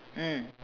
mm